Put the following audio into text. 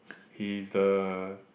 he is the